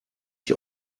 ich